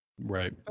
Right